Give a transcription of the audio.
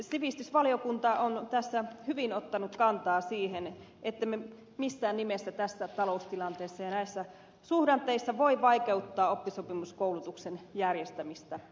sivistysvaliokunta on tässä hyvin ottanut kantaa siihen ettemme missään nimessä tässä taloustilanteessa ja näissä suhdanteissa voi vaikeuttaa oppisopimuskoulutuksen järjestämistä